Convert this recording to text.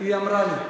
היא אמרה לי.